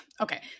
okay